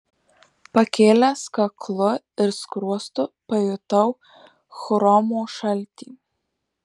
pakėlęs kaklu ir skruostu pajutau chromo šaltį